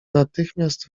natychmiast